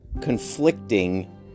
conflicting